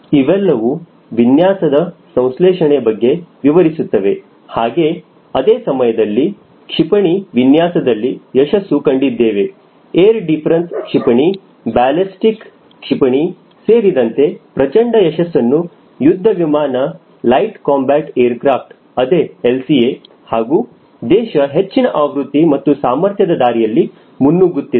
ಇವೆಲ್ಲವೂ ವಿನ್ಯಾಸದ ಸಂಶ್ಲೇಷಣೆ ಬಗ್ಗೆ ವಿವರಿಸುತ್ತವೆ ಹಾಗೆ ಅದೇ ಸಮಯದಲ್ಲಿ ಕ್ಷಿಪಣಿ ವಿನ್ಯಾಸದಲ್ಲಿ ಯಶಸ್ಸು ಕಂಡಿದ್ದೇವೆ ಏರ್ ಡಿಫರೆನ್ಸ್ ಕ್ಷಿಪಣಿ ಬ್ಯಾಲೆಸ್ಟಿಕ್ ಕ್ಷಿಪಣಿ ಸೇರಿದಂತೆ ಪ್ರಚಂಡ ಯಶಸ್ಸನ್ನು ಯುದ್ಧ ವಿಮಾನ ಲೈಟ್ ಕಾಂಬ್ಯಾಟ್ ಏರ್ ಕ್ರಾಫ್ಟ್ ಅದೇ LCA ಹಾಗೂ ದೇಶ ಹೆಚ್ಚಿನ ಆವೃತ್ತಿ ಮತ್ತು ಸಾಮರ್ಥ್ಯದ ದಾರಿಯಲ್ಲಿ ಮುನ್ನುಗ್ಗುತ್ತಿದೆ